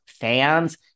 fans